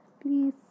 Please